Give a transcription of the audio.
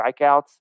strikeouts